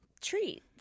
treat